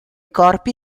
corpi